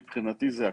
ומבחינתי זה הכול.